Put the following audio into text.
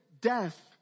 death